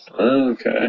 Okay